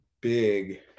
big